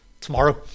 tomorrow